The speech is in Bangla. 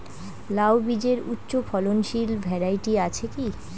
লাউ বীজের উচ্চ ফলনশীল ভ্যারাইটি আছে কী?